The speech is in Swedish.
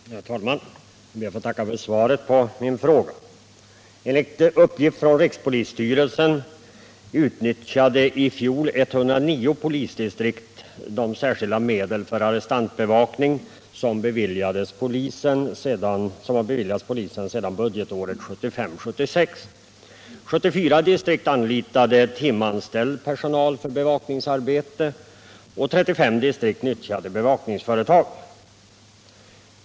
Herr talman! Jag ber att få tacka för svaret på min fråga. Enligt uppgift från rikspolisstyrelsen utnyttjade i fjol 109 polisdistrikt de särskilda medel för arrestantbevakning som har beviljats polisen. Fyra distrikt anlitade timanställd personal för bevakningsarbete och 35 distrikt nyttjade bevakningsföretag.